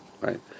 right